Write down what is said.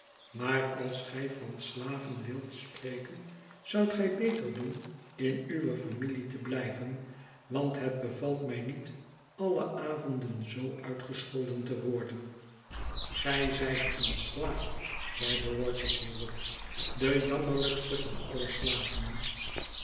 maar als gij van slaven wilt spreken zoudt gij beter doen in uwe familie te bhjven want het bevalt mij niet alle avonden zoo uitgescholden te worden gij zijt een slaaf zeide rogers hierop de jammerlijkste van alle slaven